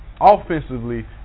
Offensively